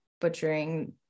butchering